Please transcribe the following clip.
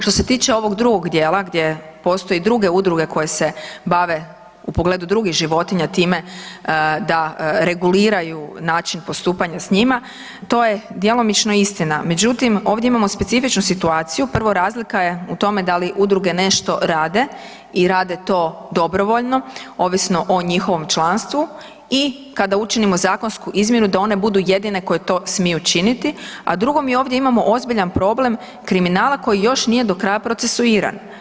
Što se tiče ovog drugog dijela gdje postoje druge udruge koje se bave u pogledu drugih životinja time da reguliraju način postupanja s njima, to je djelomično istina, međutim, ovdje imamo specifičnu situaciju, prvo, razlika je u tome da li udruge nešto rade i rade to dobrovoljno, ovisno o njihovom članstvu i kada učinimo zakonsku izmjenu, da one budu jedine koje to smiju činiti, a drugo, mi ovdje imamo ozbiljan problem kriminala koji još nije do kraj procesuiran.